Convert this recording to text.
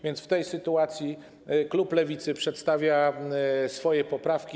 W tej sytuacji klub Lewicy przedstawia swoje poprawki.